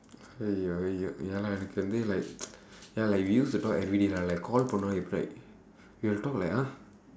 ya lah can they like ya like we used to talk everyday lah like call for no we will talk like !huh!